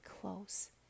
close